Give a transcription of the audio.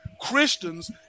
Christians